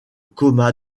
coma